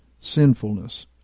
sinfulness